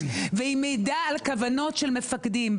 והיא מעידה על כוונות של מפקדים.